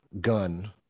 gun